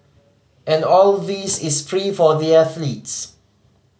and all this is free for the athletes